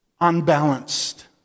unbalanced